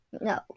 No